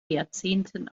jahrzehnten